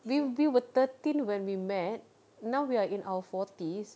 we we were thirteen when we met now we are in our forties